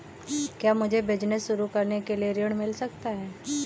क्या मुझे बिजनेस शुरू करने के लिए ऋण मिल सकता है?